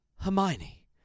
Hermione